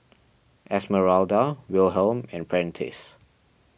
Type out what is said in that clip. Esmeralda Wilhelm and Prentice